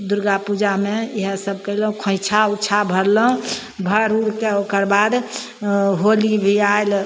दुरगा पूजामे इएहसब कएलहुँ खोँइछा ओँइछा भरलहुँ भरि उरिके ओकरबाद होली भी आएल